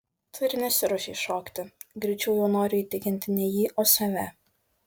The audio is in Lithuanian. tu ir nesiruošei šokti greičiau jau noriu įtikinti ne jį o save